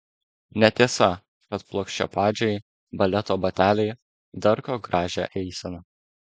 netiesa kad plokščiapadžiai baleto bateliai darko gražią eiseną